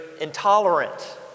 intolerant